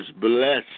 blessed